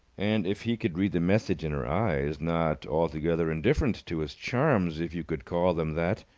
and, if he could read the message in her eyes, not altogether indifferent to his charms, if you could call them that.